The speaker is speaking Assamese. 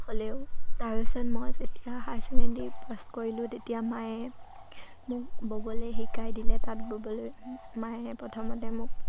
হ'লেও তাৰপিছত মই যেতিয়া হাই ছেকেণ্ডেৰী পাছ কৰিলোঁ তেতিয়া মায়ে মোক ব'বলৈ শিকাই দিলে তাত ব'বলৈ মায়ে প্ৰথমতে মোক